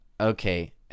okay